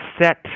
set